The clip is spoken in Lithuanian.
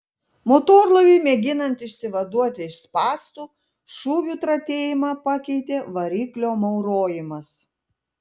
motorlaiviui mėginant išsivaduoti iš spąstų šūvių tratėjimą pakeitė variklio maurojimas